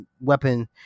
weapon